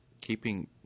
keeping